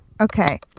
okay